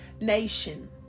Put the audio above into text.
nation